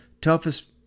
Toughest